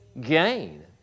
Gain